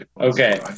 okay